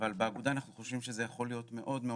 אבל באגודה אנחנו חושבים זה יכול להיות מאוד מאוד